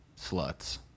sluts